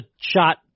shot